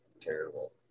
terrible